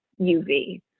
UV